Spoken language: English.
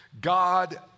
God